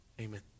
Amen